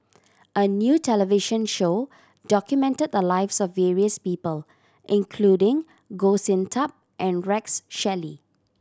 a new television show documented the lives of various people including Goh Sin Tub and Rex Shelley